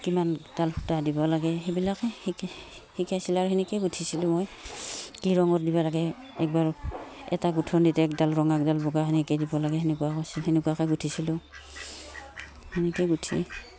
কিমানডাল সূতা দিব লাগে সেইবিলাকে শিকি শিকাইছিলে আৰু সেনেকৈয়ে গোঁঠিছিলোঁ মই কি ৰঙত দিব লাগে এবাৰ এটা গোঁঠনিতে এডাল ৰঙা এডাল বগা সেনেকৈ দিব লাগে সেনেকুৱা কৈছিল সেনেকুৱাকৈ গোঁঠিছিলোঁ সেনেকৈ গোঁঠি